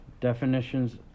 definitions